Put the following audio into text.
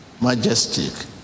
majestic